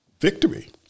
victory